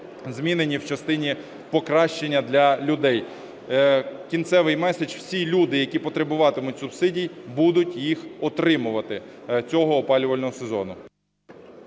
змінені в частині покращення для людей. Кінцевий меседж. Всі люди, які потребуватимуть субсидій, будуть їх отримувати цього опалювального сезону.